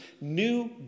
new